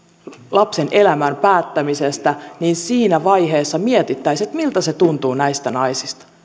lapsen elämän päättämisestä niin siinä vaiheessa mietittäisiin miltä se tuntuu näistä naisista